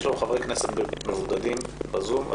יש לנו חברי כנסת מבודדים שמשתתפים